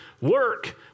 work